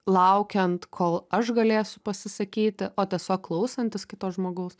laukiant kol aš galėsiu pasisakyti o tiesiog klausantis kito žmogaus